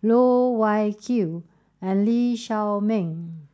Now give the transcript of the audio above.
Loh Wai Kiew and Lee Shao Meng